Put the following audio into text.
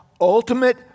ultimate